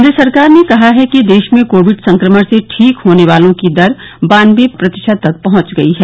केन्द्र सरकार ने कहा है कि देश में कोविड संक्रमण से ठीक होने वालों की दर बानबे प्रतिशत तक पहुंच गई है